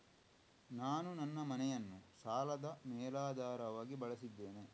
ನಾನು ನನ್ನ ಮನೆಯನ್ನು ಸಾಲದ ಮೇಲಾಧಾರವಾಗಿ ಬಳಸಿದ್ದೇನೆ